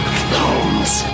clones